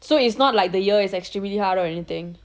so it's not like the year is extremely hard or anything